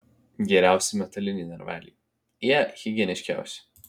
geriausi metaliniai narveliai jie higieniškiausi